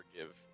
forgive